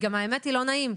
זה לא נעים,